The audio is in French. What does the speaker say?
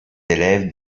élèves